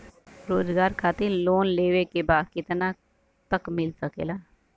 रोजगार खातिर लोन लेवेके बा कितना तक मिल सकेला?